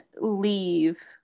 leave